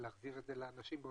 שאנשים לא